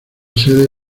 sede